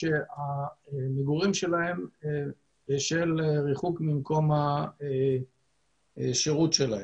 שהמגורים שלהם הם בשל הריחוק ממקום השירות שלהם.